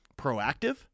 proactive